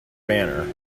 banner